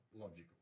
logical